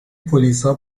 پلیسا